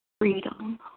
freedom